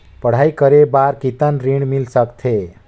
पढ़ाई करे बार कितन ऋण मिल सकथे?